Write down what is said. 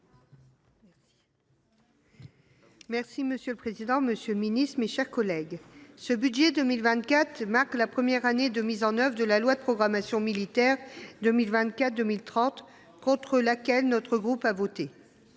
Monsieur le président, monsieur le ministre, mes chers collègues, ce budget 2024 marque la première année de mise en œuvre de la loi relative à la programmation militaire pour les années 2024 à 2030 contre laquelle notre groupe a voté.